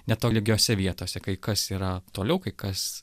netolygiose vietose kai kas yra toliau kai kas